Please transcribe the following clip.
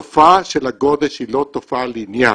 התופעה של הגודש היא לא תופעה לינארית,